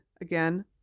again